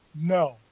No